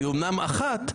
היא אמנם אחת,